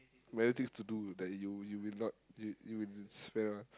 many things to do that you you will not you you wouldn't swear one